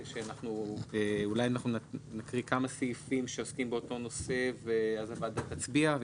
אולי נקרא כמה סעיפים שעוסקים באותו נושא ואז הוועדה תצביע.